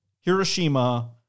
Hiroshima